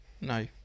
No